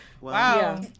Wow